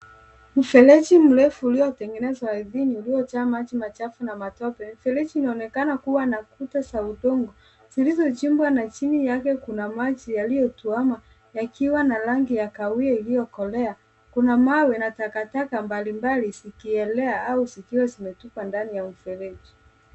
Mfereji mrefu uliotengenezwa ardhini uliojaa maji machafu na matope. Mfereji unaonekana kuwa na kuta za udongo zilizochimbwa na chini yake kuna maji yaliyotuama, yakiwa na rangi ya kahawia iliyokolea. Kuna mawe na takataka mbalimbali zikielea au zikiwa zimetupwa ndani ya mfereji.